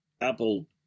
apple